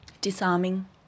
Disarming